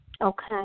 Okay